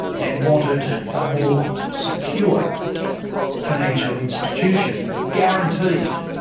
and wanted a more secure financial institution, guaranteed,